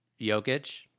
Jokic